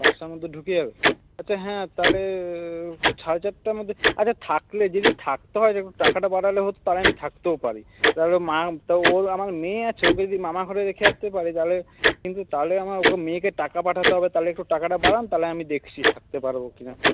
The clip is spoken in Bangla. পাঁচটার মধ্যে ঢুকে যাবে আচ্ছা হ্যাঁ তাহলে সাড়ে চারটের মধ্যে আচ্ছা থাকলে যদি থাকতে হয় দেখুন টাকাটা বাড়ালে হত তাহলে আমি থাকতেও পারি ধর মা তো ও আমার মেয়ে আছে ওকে যদি মামাঘরে রেখে আসতে পারি তাহলে কিন্তু তাহলে আমার মেয়েকে টাকা পাঠাতে হবে তাহলে একটু টাকাটা বাড়ান তাহলে আমি দেখছি থাকতে পারব কিনা